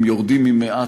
הם יורדים ממעט,